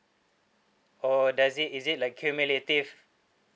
or does it is it like accumulative